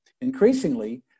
Increasingly